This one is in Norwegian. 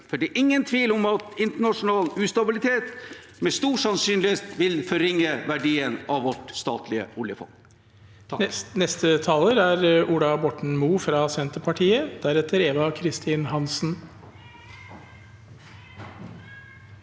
for det er ingen tvil om at internasjonal ustabilitet med stor sannsynlighet vil forringe verdien av vårt statlige oljefond.